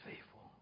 faithful